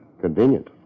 Convenient